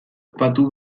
patu